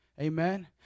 Amen